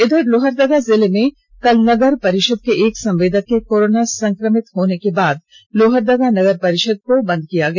इधर लोहरदगा जिले में कल नगर परिषद के एक संवेदक के करोना संक्रमित होने के बाद लोहरदगा नगर परिषद को बंद कर दिया गया